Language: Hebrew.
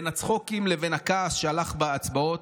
בין הצחוקים לבין הכעס שהלך בהצבעות,